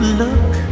look